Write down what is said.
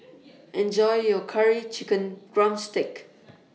Enjoy your Curry Chicken Drumstick